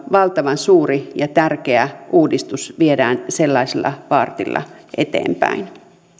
valtavan suuri ja tärkeä uudistus viedään sellaisella faartilla eteenpäin